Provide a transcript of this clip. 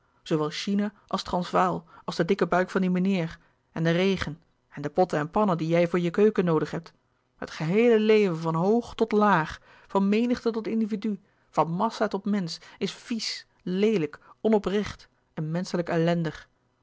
zoowel china als transvaal als de dikke buik van dien meneer en de regen en de potten en pannen die jij voor je keuken noodig hebt het geheele leven van hoog tot laag van menigte tot individu van massa tot mensch is vies leelijk onoprecht en menschelijk ellendig